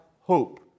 hope